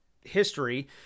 history